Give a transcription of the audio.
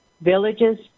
villages